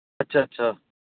ਅੱਛਾ ਅੱਛਾ